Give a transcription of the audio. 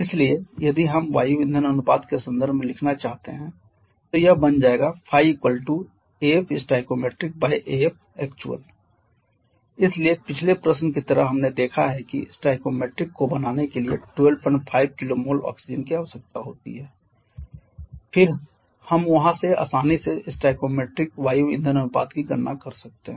इसलिए यदि हम वायु ईंधन अनुपात के संदर्भ में लिखना चाहते हैं तो यह बन जाएगा stoiactual इसलिए पिछले प्रश्न की तरह हमने देखा है कि स्टोइकोमीट्रिक को बनाने के लिए 125 kmol ऑक्सीजन की आवश्यकता होती है फिर हम वहां से आसानी से स्टोइकोमेट्रिक वायु ईंधन अनुपात की गणना कर सकते हैं